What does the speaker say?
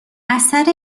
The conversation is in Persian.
اثر